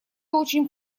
очень